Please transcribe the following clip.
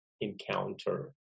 encounter